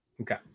Okay